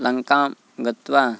लङ्कां गत्वा